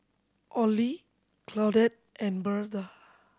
Olie Claudette and Birtha